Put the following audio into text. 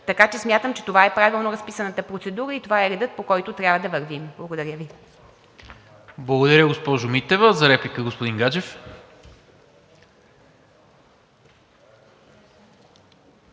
Така че смятам, че това е правилно разписаната процедура и това е редът, по който трябва да вървим. Благодаря Ви. ПРЕДСЕДАТЕЛ НИКОЛА МИНЧЕВ: Благодаря, госпожо Митева. За реплика, господин Гаджев.